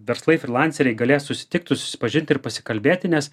verslai frilanceriai galės susitikt susipažint ir pasikalbėti nes